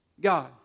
God